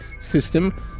system